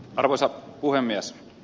arvoisa puhemies